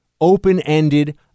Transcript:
open-ended